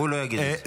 הוא לא יגיד את זה.